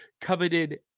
coveted